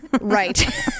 Right